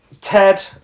Ted